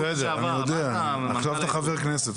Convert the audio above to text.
בסדר, אני יודע, עכשיו אתה חבר כנסת.